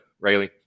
Rayleigh